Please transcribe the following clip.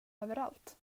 överallt